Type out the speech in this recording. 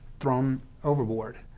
thrown overboard.